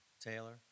Taylor